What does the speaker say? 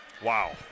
Wow